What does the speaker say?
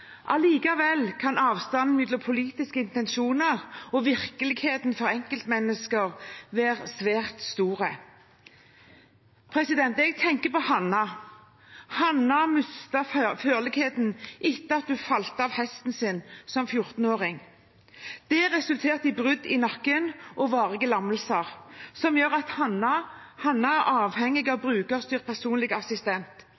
Allikevel kan avstanden mellom politiske intensjoner og virkeligheten for enkeltmennesker være svært stor. Jeg tenker på Hannah. Hannah mistet førligheten etter at hun falt av hesten sin som 14-åring. Det resulterte i brudd i nakken og varige lammelser som gjør at Hannah er avhengig av